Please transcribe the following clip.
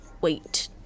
wait